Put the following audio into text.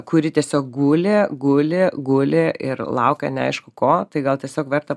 kuri tiesiog guli guli guli ir laukia neaišku ko tai gal tiesiog verta